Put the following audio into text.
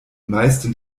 meisten